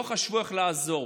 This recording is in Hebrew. לא חשבו איך לעזור.